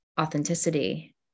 authenticity